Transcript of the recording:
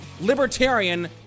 Libertarian